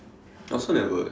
I also never eh